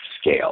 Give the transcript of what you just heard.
scale